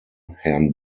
herrn